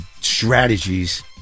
strategies